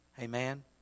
Amen